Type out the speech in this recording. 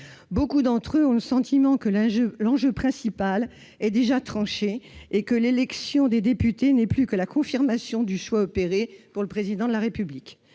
Nombre d'entre eux ont le sentiment que l'enjeu principal est déjà tranché et que l'élection des députés n'est plus que la confirmation du choix opéré pour le Président de la République.